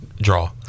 draw